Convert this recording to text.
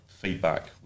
Feedback